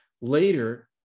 Later